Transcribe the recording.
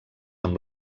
amb